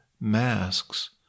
masks